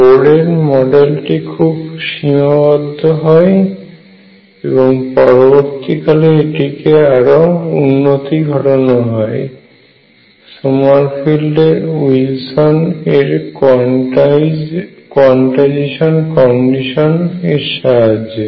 বোরের মডেলটি খুব সীমাবদ্ধ হয় এবং পরবর্তীকালে এটিকে আরও উন্নতি ঘটানো হয় সমারফিল্ড উইলসন এর কোয়ান্টাইজেসন কন্ডিশন এর সাহায্যে